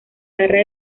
garras